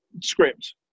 script